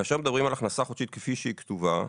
כאשר מדברים על הכנסה חודשית כפי שהיא כתובה,